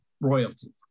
royalty